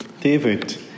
David